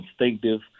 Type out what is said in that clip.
instinctive